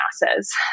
masses